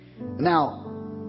Now